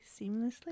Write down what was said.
seamlessly